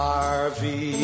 Harvey